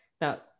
Now